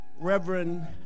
Reverend